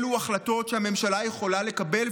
אלו החלטות שהממשלה יכולה לקבל,